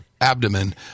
abdomen